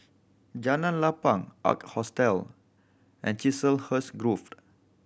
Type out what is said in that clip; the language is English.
Jalan Lapang Ark Hostel and Chiselhurst Grove